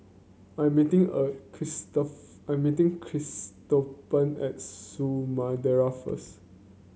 I meeting a I meeting Cristobal at Samudera first